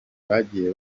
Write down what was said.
bagiye